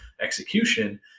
execution